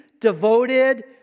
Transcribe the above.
devoted